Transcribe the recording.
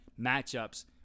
matchups